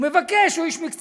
הוא מבקש, הוא איש מקצוע.